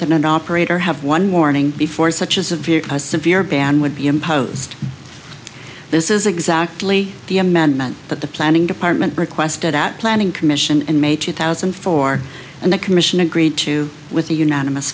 that an operator have one morning before such a severe severe ban would be imposed this is exactly the amendment that the planning department requested at planning commission and may two thousand and four and the commission agreed to with the unanimous